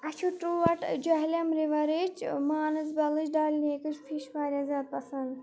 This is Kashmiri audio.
اسہِ چھ ٹرٛوٚٹ جہلِم رِوَرٕچۍ مانَس بَلٕچۍ ڈَل لیکٕچۍ فِش واریاہ زیادٕ پسنٛد